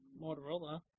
Motorola